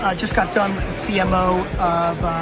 ah just got done with the cmo